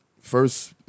first